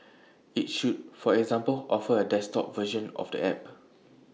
IT should for example offer A desktop version of the app